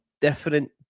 different